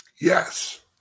Yes